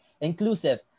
inclusive